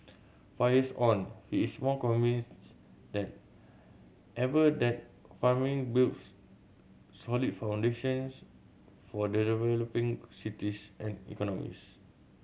five years on he is more convinced than ever that farming builds solid foundations for cities and economies